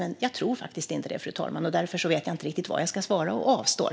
Men jag tror faktiskt inte det, fru talman. Därför vet jag inte riktigt vad jag ska svara, utan jag avstår.